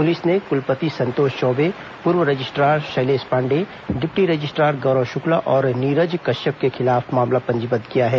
police ने कुलपति संतोष चौबे पूर्व registrar Shailesh Pandey deputy registrar Gaurav Shukla और नीरज कश्यप के खिलाफ मामला पंजीबद्ध किया है